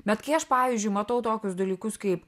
bet kai aš pavyzdžiui matau tokius dalykus kaip